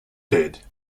did